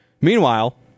Meanwhile